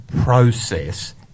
process